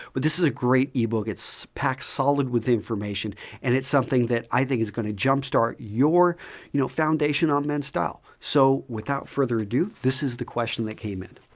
but this is a great e-book. it's packed solid with information and it's something that i think is going to jumpstart your you know foundation on men's style. so without further ado, this is the question that came in,